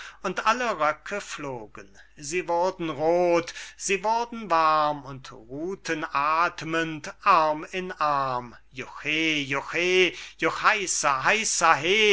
und alle röcke flogen sie wurden roth sie wurden warm und ruhten athmend arm in arm juchhe juchhe